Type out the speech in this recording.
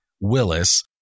Willis